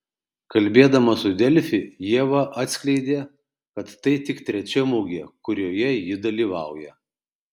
kalbėdama su delfi ieva atskleidė kad tai tik trečia mugė kurioje ji dalyvauja